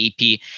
ep